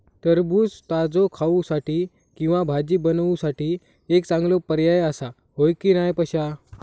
टरबूज ताजो खाऊसाठी किंवा भाजी बनवूसाठी एक चांगलो पर्याय आसा, होय की नाय पश्या?